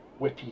whippy